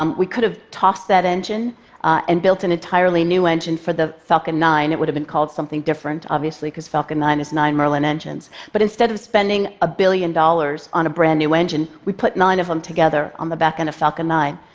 um we could have tossed that engine and built an entirely new engine for the falcon nine. it would have been called something different, because falcon nine is nine merlin engines, but instead of spending a billion dollars on a brand new engine, we put nine of them together on the back end of falcon nine.